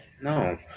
No